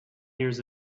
years